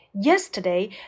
yesterday